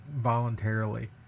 voluntarily